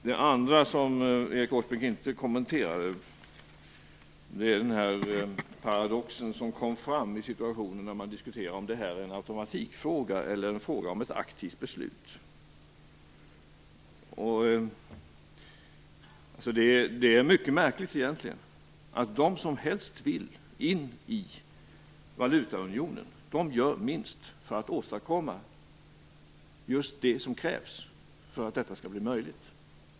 Det som Erik Åsbrink inte kommenterade var den paradox som kom fram när man diskuterade om det här är en automatikfråga eller en fråga om ett aktivt beslut. Det är egentligen mycket märkligt att de som helst vill in i valutaunionen gör minst för att åstadkomma just det som krävs för att detta skall bli möjligt.